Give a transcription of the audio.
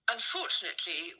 unfortunately